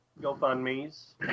GoFundMe's